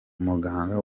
umuganga